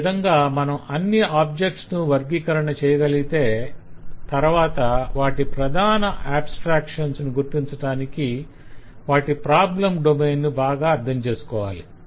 ఈ విధంగా మనం అన్ని ఆబ్జెక్ట్స్ ను వర్గీకరణ చేయగలిగితే తరవాత వాటి ప్రధాన ఆబ్స్త్రాక్షన్స్ ను గుర్తించటానికి వాటి ప్రాబ్లం డొమైన్ ను బాగా అర్ధం చేసుకోవాలి